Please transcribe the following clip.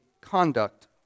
conduct